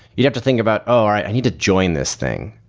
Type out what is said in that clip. you'd have to think about, oh, right! i need to join this thing.